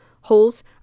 Holes